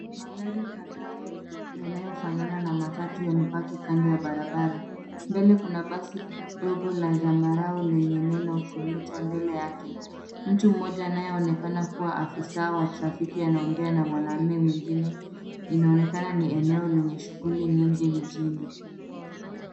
Magari kadhaa yanayofanana na matatu yamepaki kando ya barabara. Mbele kuna basi dogo la zambarau lenye neno Commuter mbele yake. Mtu mmoja anayeonekana kuwa afisa wa trafiki anaongea na mwanamume mwingine. Inaonekana ni eneo lenye shughuli nyingi mjini.